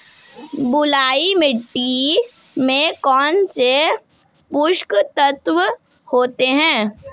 बलुई मिट्टी में कौनसे पोषक तत्व होते हैं?